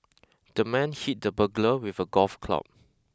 the man hit the burglar with a golf club